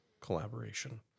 collaboration